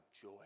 joy